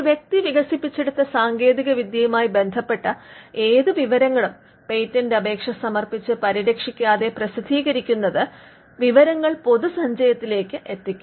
ഒരു വ്യക്തി വികസിപ്പിച്ചെടുത്ത സാങ്കേതികവിദ്യയുമായി ബന്ധപ്പെട്ട ഏത് വിവരങ്ങളും പേറ്റന്റ് അപേക്ഷ സമർപ്പിച്ച് പരിരക്ഷിക്കാതെ പ്രസിദ്ധീകരിക്കുന്നത് വിവരങ്ങൾ പൊതുസഞ്ചയത്തിലേക്ക് എത്തിക്കും